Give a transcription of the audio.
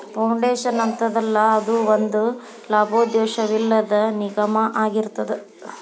foundation ಅಂತದಲ್ಲಾ, ಅದು ಒಂದ ಲಾಭೋದ್ದೇಶವಿಲ್ಲದ್ ನಿಗಮಾಅಗಿರ್ತದ